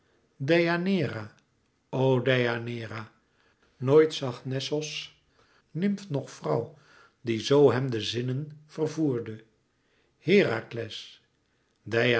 nooit zag nessos nymf noch vrouw die zoo hem de zinnen vervoerde herakles